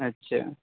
اچھا